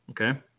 Okay